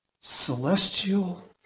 celestial